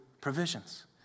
provisions